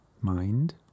mind